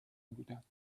بودند